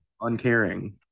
uncaring